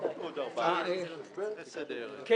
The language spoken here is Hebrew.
החוק הזה לא אפוי.